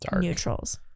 neutrals